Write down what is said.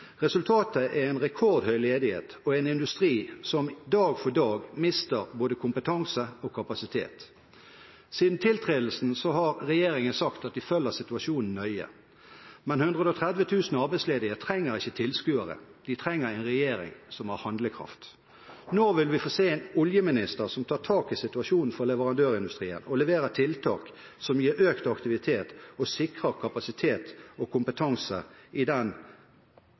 Resultatet er en rekordhøy ledighet og en industri som dag for dag mister både kompetanse og kapasitet. Siden tiltredelsen har regjeringen sagt at den følger situasjonen nøye. Men 130 000 arbeidsledige trenger ikke tilskuere, de trenger en regjering som har handlekraft. Når vil vi få se en oljeminister som tar tak i situasjonen for leverandørindustrien, og leverer tiltak som gir økt aktivitet og sikrer kapasitet og kompetanse i den